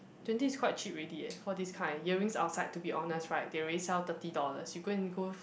twenty is quite cheap already eh for this kind earrings outside to be honest right they already sell thirty dollars you go and go